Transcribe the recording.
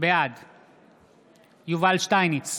בעד יובל שטייניץ,